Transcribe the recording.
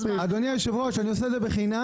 אדוני היושב-ראש, אני עושה את זה בחינם.